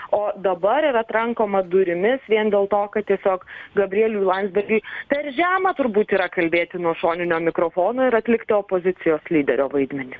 o dabar yra trankoma durimis vien dėl to kad tiesiog gabrieliui landsbergiui per žema turbūt yra kalbėti nuo šoninio mikrofono ir atlikti opozicijos lyderio vaidmenį